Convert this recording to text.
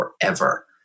forever